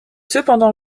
cependant